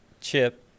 chip